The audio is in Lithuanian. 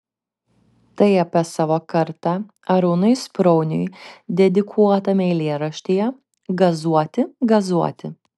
tai apie savo kartą arūnui sprauniui dedikuotame eilėraštyje gazuoti gazuoti